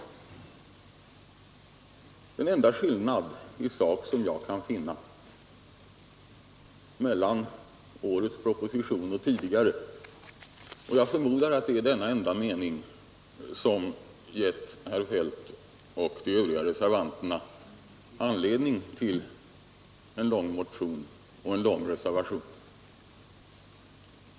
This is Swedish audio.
Den enda skillnad i sak som jag kan finna mellan årets proposition och tidigare förslag är ett litet stycke, och jag förmodar att det är detta enda stycke som gett herr Feldt och de övriga reservanterna anledning till en lång motion och en lång reservation.